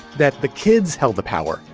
that the kids held the power.